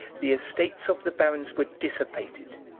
the estates of the barons were dissipated,